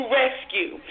rescue